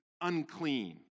unclean